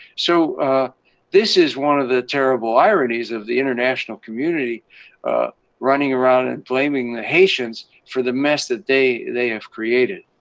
so this is one of the terrible ironies of the international community running around and blaming the haitians for the mess that they they have created.